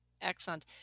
excellent